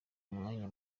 umwanya